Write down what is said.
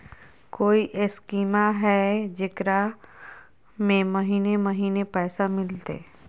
कोइ स्कीमा हय, जेकरा में महीने महीने पैसा मिलते?